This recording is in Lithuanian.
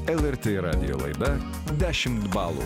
lrt radijo laida dešimt balų